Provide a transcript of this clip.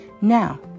Now